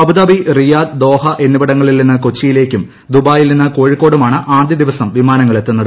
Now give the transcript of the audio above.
Abu Dhabi Riyadh Doha എന്നിവിടങ്ങളിൽ നിന്ന് കൊച്ചിയിലേയ്ക്കും ദുബായിയിൽ നിന്ന് കോഴിക്കോടുമാണ് ആദ്യ ദിവസം വിമാനങ്ങൾ എത്തുന്നത്